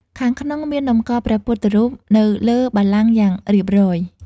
ខាងក្នុងមានតម្កល់ព្រះពុទ្ធរូបនៅលើបល្ល័ង្កយ៉ាងរៀបរយ។